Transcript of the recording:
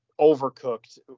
overcooked